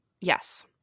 Yes